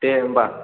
दे होनबा